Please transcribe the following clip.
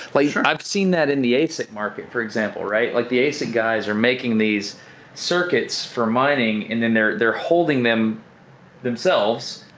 like i've seen that in the asic market for example, right? like the asic guys are making these circuits for mining and then they're they're holding them themselves,